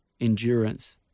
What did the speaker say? endurance